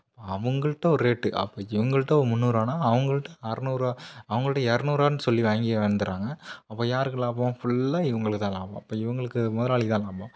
அவங்கள்ட்ட ஒரு ரேட்டு அப்போ எங்கள்கிட்ட முன்னூறுரூவானா அவங்கள்ட்ட அறநூறுரூவா அவங்கள்ட்ட இரநூறுவான்னு சொல்லி வாங்கி வந்துடுறாங்க அப்போ யாருக்கு லாபம் ஃபுல்லாக இவங்களுக்கு தான் லாபம் இப்போ இவங்களுக்கு முதலாளிக்கு தான் லாபம்